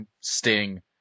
sting